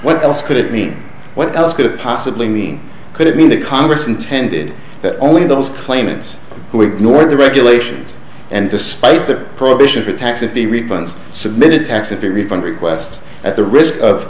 what else could it mean what else could it possibly mean could it mean that congress intended that only those claimants who ignored the regulations and despite the prohibition to tax if the refunds submitted tax if a refund requests at the risk of